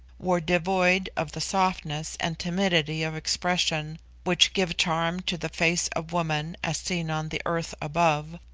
were devoid of the softness and timidity of expression which give charm to the face of woman as seen on the earth above.